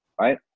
right